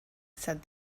said